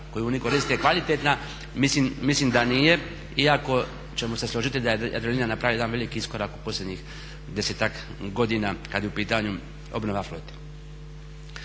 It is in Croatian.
koju oni koriste kvalitetna, mislim da nije, iako ćemo se složiti da je Jadrolinija napravila jedan veliki iskorak u posljednjih 10-ak godina kad je u pitanju obnova flote.